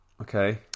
Okay